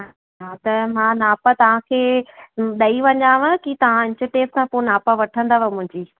हा त मां नाप तव्हांखे ॾेई वञाव की तव्हां इंची टेप खां पोइ नाप वठंदव मुंहिंजी